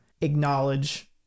acknowledge